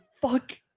fuck